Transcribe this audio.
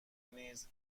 نیز